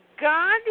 God